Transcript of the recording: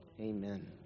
amen